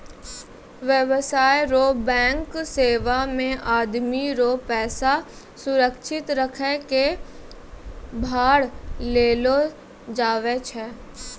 व्यवसाय रो बैंक सेवा मे आदमी रो पैसा सुरक्षित रखै कै भार लेलो जावै छै